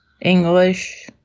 English